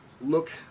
look